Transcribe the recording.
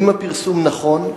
1. האם הפרסום נכון?